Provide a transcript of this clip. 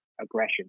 aggression